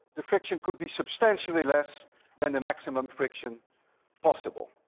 the friction could be substantially less than the maximum friction possible.